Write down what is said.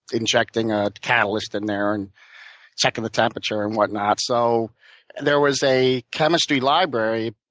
injecting a catalyst in there and checking the temperature and whatnot. so there was a chemistry library,